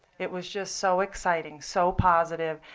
it was just so exciting, so positive.